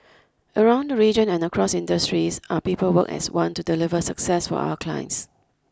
around the region and across industries our people work as one to deliver success for our clients